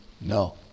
No